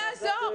--- זה לא יעזור,